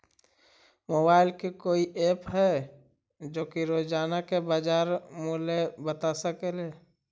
Mobile के कोइ app है जो कि रोजाना के बाजार मुलय बता सकले हे?